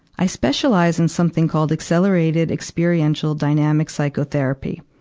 i specialize in something called accelerated experiential dynamic psychotherapy.